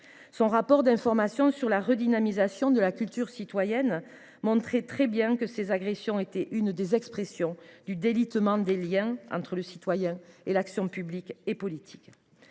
Son rapport d’information sur la redynamisation de la culture citoyenne montrait très bien que ces agressions étaient l’une des expressions du délitement des liens entre le citoyen et l’action publique et politique.